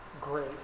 grace